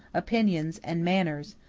opinions, and manners,